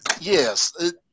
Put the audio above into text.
yes